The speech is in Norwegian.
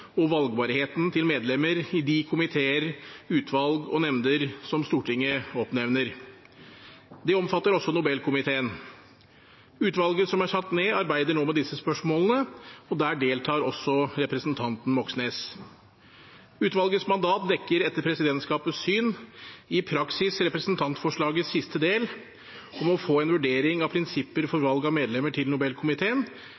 og valgbarheten til medlemmer i de komiteer, utvalg og nemnder som Stortinget oppnevner. Det omfatter også Nobelkomiteen. Utvalget som er satt ned, arbeider nå med disse spørsmålene, og der deltar også representanten Moxnes. Utvalgets mandat dekker etter presidentskapets syn i praksis representantforslagets siste del, om å få en vurdering av prinsipper for